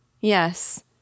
Yes